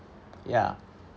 ya